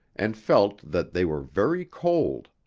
and felt that they were very cold.